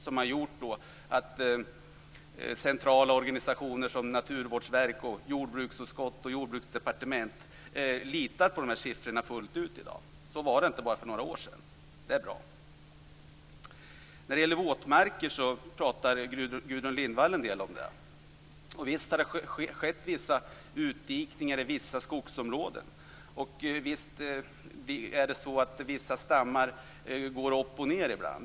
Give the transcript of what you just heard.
Det har gjort att centrala organisationer som Naturvårdsverket, jordbruksutskottet och Jordbruksdepartementet litar på de här siffrorna fullt ut i dag. Det är bra. Så var det inte bara för några år sedan. Gudrun Lindvall pratade en del om våtmarker. Visst har det skett vissa utdikningar i vissa skogsområden, och visst går vissa stammar upp och ned ibland.